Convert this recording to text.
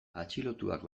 atxilotuak